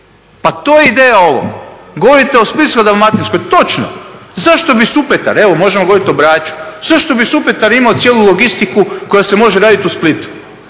Pa to je ideja ovog. Govorite o Splitsko-dalmatinskoj, točno! Zašto bi Supetar, evo možemo govoriti o Braču, zašto bi Supetar imao cijelu logistiku koja se može raditi u Splitu?